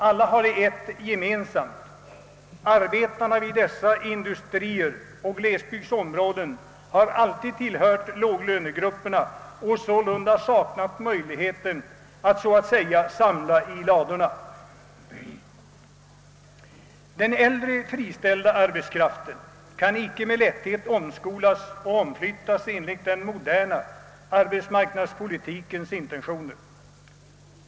Alla har de ett gemensamt: arbetarna vid dessa industrier och glesbygdsområden har alltid tillhört låglönegrupperna och sålunda saknat möjlighet att så att säga samla i ladorna. Den äldre friställda arbetskraften kan icke med lätthet omskolas och omflyttas enligt den moderna arbetsmarknadspolitikens intentioner.